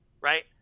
Right